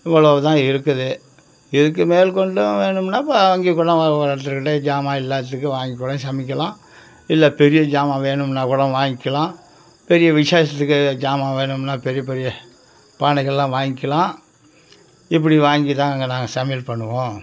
இவ்வளவுதான் இருக்குது இதுக்கு மேற்கொண்டும் வேணும்னா வாங்கி ஒருத்தர் கிட்ட சாமான் இல்லாததுக்கு வாங்கிக்கூட சமைக்கலாம் இல்லை பெரிய சாமான் வேணும்னா கூட வாங்கிக்கலாம் பெரிய விஷேசத்துக்கு சாமான் வேணும்னா பெரியப்பெரிய பானைகள்லாம் வாங்கிக்கலாம் இப்படி வாங்கித்தான் நாங்கள் சமையல் பண்ணுவோம்